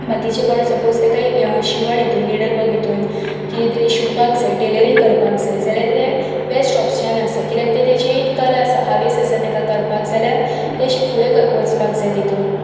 बाकीचे कोण सपोज तेका शिवंण हितून निडल वर्क हितून कितें तरी शिवंपाक जाय टेलरींग करपाक जाय जाल्यार कितें बेस्ट ओपशन आसा कित्याक ते तेजी कला आसा हावेस आसा ताका करपाक जाल्यार ते तशी फुडें वचपाक जाय तितून